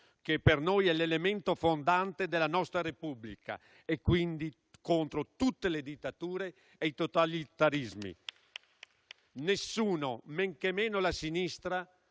che per noi è l'elemento fondante della nostra Repubblica, quindi contro tutte le dittature e i totalitarismi. Nessuno, men che meno la sinistra,